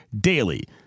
DAILY